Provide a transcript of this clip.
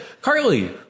carly